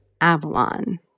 avalon